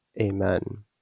Amen